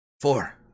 four